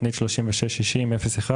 תוכנית 3660/01